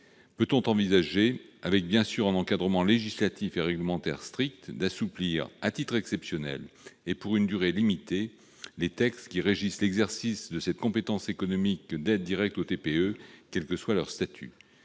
Peut-on envisager, avec bien sûr un encadrement législatif et réglementaire strict, d'assouplir, à titre exceptionnel et pour une durée limitée, les textes qui régissent l'exercice de cette compétence économique d'aide directe aux très petites